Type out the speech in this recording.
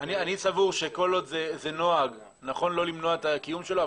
--- אני חושב שכל עוד זה נוהג נכון לא למנוע את הקיום שלו,